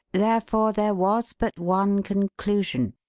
therefore, there was but one conclusion,